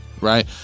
right